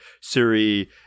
Siri